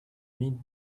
mid